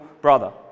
brother